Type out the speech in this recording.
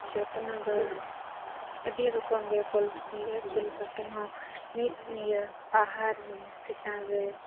ᱡᱚᱛᱱᱚ ᱫᱚ ᱟᱹᱰᱤ ᱨᱚᱠᱚᱢ ᱜᱮ ᱟᱹᱥᱩᱞ ᱠᱟᱛᱮᱫ ᱦᱚᱸ ᱢᱤᱫ ᱱᱤᱭᱟᱹ ᱟᱦᱟᱨ ᱪᱮᱛᱟᱱ ᱨᱮ